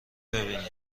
ببینیم